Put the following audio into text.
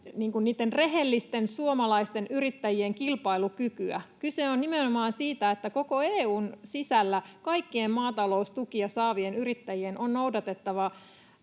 rehellisten suomalaisten yrittäjien kilpailukykyä. Kyse on nimenomaan siitä, että koko EU:n sisällä kaikkien maataloustukia saavien yrittäjien on noudatettava